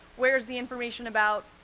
where's the information about,